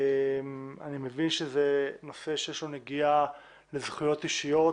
אני מבין שזה נושא שיש בו נגיעה לזכויות אישיות